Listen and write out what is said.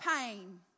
pain